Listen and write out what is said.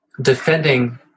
defending